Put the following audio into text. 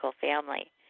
family